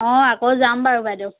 অঁ আকৌ যাম বাৰু বাইদেউ